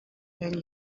and